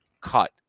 cut